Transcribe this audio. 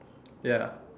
ya